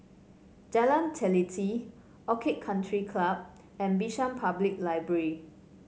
Jalan Teliti Orchid Country Club and Bishan Public Library